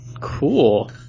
Cool